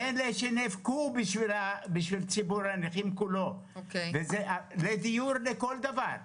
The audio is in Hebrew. והם אלה שנאבקו בשביל ציבור הנכים כולו לדיור ולכל דבר.